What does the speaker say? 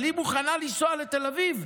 אבל היא מוכנה לנסוע לתל אביב,